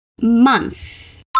month